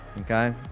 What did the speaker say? Okay